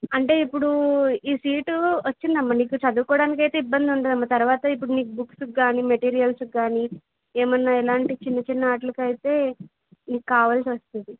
అంటే ఇప్పుడు ఈ సీటు వచ్చింది అమ్మ నీకు చదువుకోడానికైతే ఇబ్బంది ఉండదమ్మా తర్వాత బుక్స్ కానీ మెటీరియల్స్ కానీ ఏమన్నా ఇలాంటి చిన్న చిన్న వాటిలకైతే మీకు కావాల్సొస్తుంది